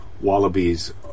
Wallabies